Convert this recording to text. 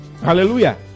Hallelujah